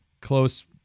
close